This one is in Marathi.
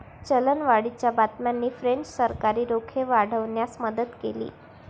चलनवाढीच्या बातम्यांनी फ्रेंच सरकारी रोखे वाढवण्यास मदत केली